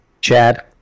Chad